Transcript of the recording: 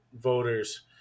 voters